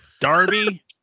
Darby